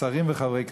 שרים וחברי כנסת,